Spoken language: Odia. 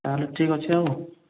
ତା'ହେଲେ ଠିକ ଅଛି ଆଉ